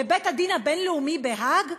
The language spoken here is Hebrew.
לבית-הדין הבין-לאומי בהאג?